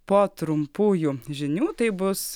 po trumpųjų žinių tai bus